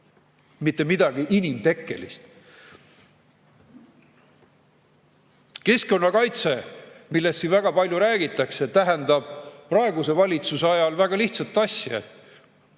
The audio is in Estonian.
mitte midagi inimtekkelist. Keskkonnakaitse, millest siin väga palju räägitakse, tähendab praeguse valitsuse ajal väga lihtsat asja: